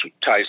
ties